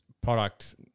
product